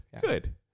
Good